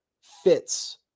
fits